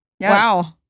Wow